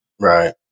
Right